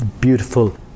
Beautiful